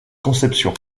conception